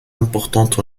importante